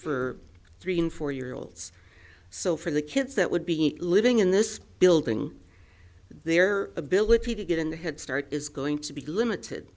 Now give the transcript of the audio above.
for three and four year olds so for the kids that would be living in this building their ability to get in the head start is going to be limited